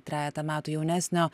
trejeta metų jaunesnio